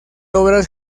obras